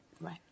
Right